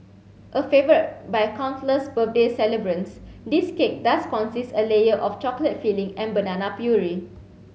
a favourite by countless birthday celebrants this cake does consist a layer of chocolate filling and banana puree